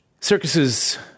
circuses